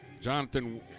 Jonathan